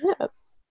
Yes